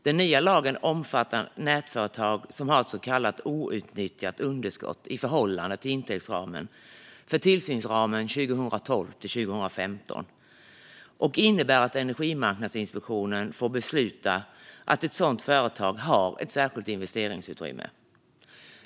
Den nya lagen omfattar nätföretag som har ett så kallat outnyttjat underskott i förhållande till intäktsramen för tillsynsperioden 2012-2015 och innebär att Energimarknadsinspektionen får besluta att ett sådant företag har ett särskilt investeringsutrymme.